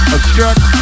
Obstruct